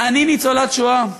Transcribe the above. אתה צריך להבין שאני ניצולת שואה.